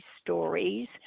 stories